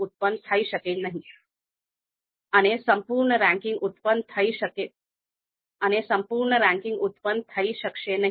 પસંદગીની સમસ્યા દ્વારા મારું અર્થ એ છે કે આપેલા વિકલ્પોના સમૂહમાંથી આપણે શ્રેષ્ઠ વિકલ્પોનો એક નાનો સબસેટ પસંદ કરવાનો છે